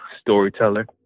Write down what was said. storyteller